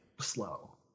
slow